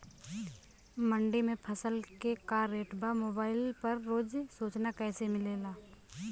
मंडी में फसल के का रेट बा मोबाइल पर रोज सूचना कैसे मिलेला?